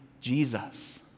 Jesus